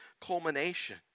culmination